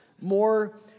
more